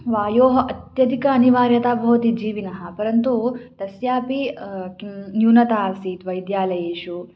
वायोः अत्यधिका अनिवार्यता भवति जीविनः परन्तु तस्यापि किं न्यूनता आसीत् वैद्यालयेषु